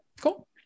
cool